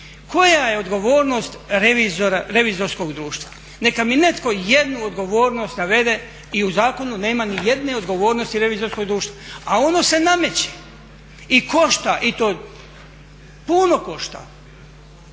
Koja je odgovornost revizorskog društva? Neka mi netko jednu odgovornost navede, u zakonu nema nijedne odgovornosti revizorskog društva a ono se nameće i košta, i to puno košta